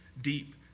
deep